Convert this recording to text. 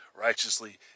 righteously